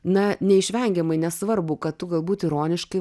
na neišvengiamai nesvarbu kad tu galbūt ironiškai